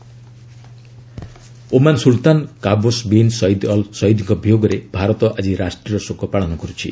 Oman sultan Oman sultan Qaboos bin Said al ସୟିଦ୍ଙ୍କ ବିୟୋଗରେ ଭାରତ ଆଜି ରାଷ୍ଟ୍ରୀୟ ଶୋକ ପାଳନ କରୁଛି